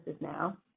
now